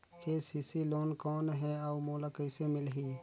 KCC loan कौन हे अउ मोला कइसे मिलही?